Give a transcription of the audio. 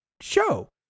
show